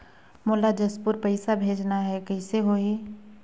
मोला जशपुर पइसा भेजना हैं, कइसे होही?